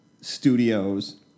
Studios